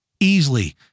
easily